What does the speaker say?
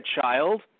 child